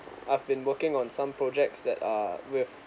I've been working on some projects that uh with